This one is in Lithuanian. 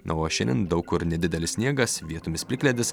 na o šiandien daug kur nedidelis sniegas vietomis plikledis